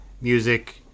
music